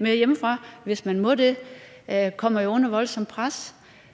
med hjemmefra, hvis man må det, er voldsomt.